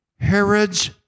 Herod's